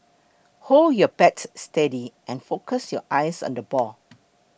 hold your bat steady and focus your eyes on the ball